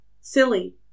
silly